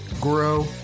grow